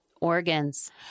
organs